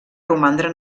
romandre